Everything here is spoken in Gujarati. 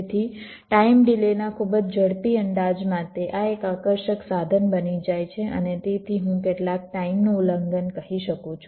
તેથી ટાઈમ ડિલેના ખૂબ જ ઝડપી અંદાજ માટે આ એક આકર્ષક સાધન બની જાય છે અને તેથી હું કેટલાક ટાઈમનું ઉલ્લંઘન કહી શકું છું